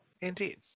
Indeed